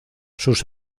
sus